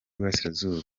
y’iburasirazuba